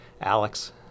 Alex